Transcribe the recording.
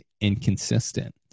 inconsistent